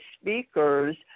speakers